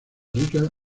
rica